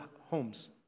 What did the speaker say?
homes